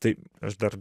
tai aš dar